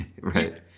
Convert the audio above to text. Right